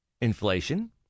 inflation